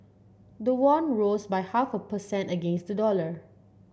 the won rose by half a percent against the dollar